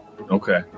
Okay